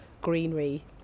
greenery